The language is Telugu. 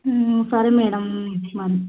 సరే మేడం మరి